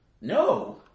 No